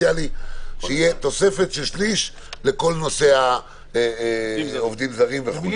שתהיה תוספת של שליש לכל נושא העובדים הזרים וכו'.